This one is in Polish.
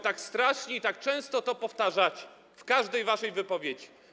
Tak strasznie często to powtarzacie w każdej waszej wypowiedzi.